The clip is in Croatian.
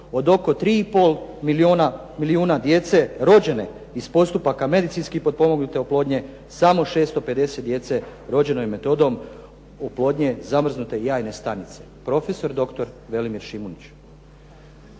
od oko 3 i pol milijuna djece rođene iz postupaka medicinski potpomognute oplodnje samo 650 djece rođeno je metodom oplodnje zamrznute jajne stanice, prof.dr. Velimir Šimunić.